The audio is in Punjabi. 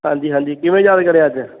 ਹਾਂਜੀ ਹਾਂਜੀ ਕਿਵੇਂ ਯਾਦ ਕਰਿਆ ਅੱਜ